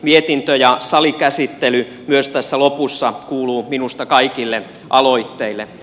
mietintö ja salikäsittely myös tässä lopussa kuuluvat minusta kaikille aloitteille